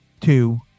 two